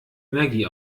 energie